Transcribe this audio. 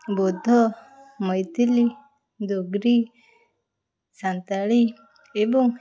ବୌଦ୍ଧ ମୈଥିଲି ଦୋବ୍ରି ସାନ୍ତାଳୀ ଏବଂ